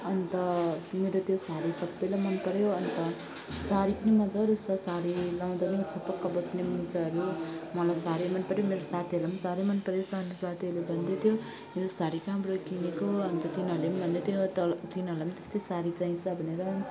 अन्त असलमा त त्यो साडी सबलाई मन पर्यो अन्त साडी पनि मजा रहेछ साडी लगाउँदा पनि छपक्क बस्ने मुजाहरू पनि मलाई साह्रै मन पर्यो मेरो साथीहरूलाई पनि साह्रै मन पर्यो साथी साथीहरूले भन्दै थियो यो साडी कहाँबाट किनेको अन्त तिनीहरूले पनि भन्दै थियो तल तिनीहरूलाई पनि त्यस्तै साडी चाहिन्छ भनेर